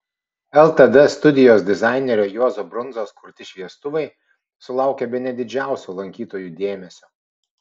ltd studijos dizainerio juozo brundzos kurti šviestuvai sulaukė bene didžiausio lankytojų dėmesio